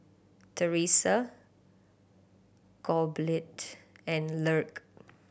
Thresa Gottlieb and Lark